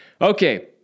Okay